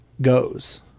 goes